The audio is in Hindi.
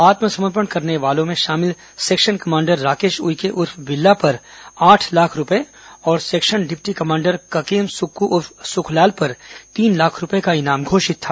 आत्मसमर्पण करने वालों में शामिल सेक्शन कमांडर राकेश उइके उर्फ बिल्ला पर आठ लाख रूपये और section deputy commander Kakem Sukku उर्फ सुखलाल पर तीन लाख रूपये का इनाम घोषित था